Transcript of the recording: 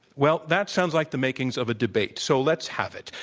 well, that sounds like the makings of a debate. so let's have it,